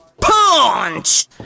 Punch